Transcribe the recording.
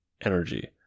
energy